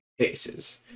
Cases